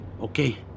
Okay